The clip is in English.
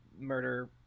murder